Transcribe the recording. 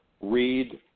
read